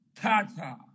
Tata